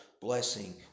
blessing